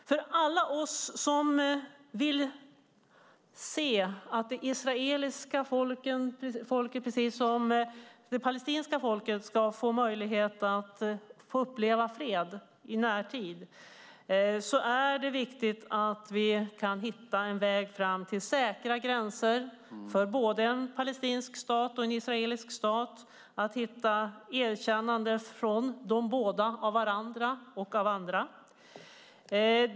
För alla oss som vill att det israeliska folket och det palestinska folket ska få uppleva fred i närtid är det viktigt att vi kan hitta en väg till säkra gränser för både en palestinsk och en israelisk stat. Det är viktigt att hitta en väg till erkännande, att båda parter erkänner varandra - och andra.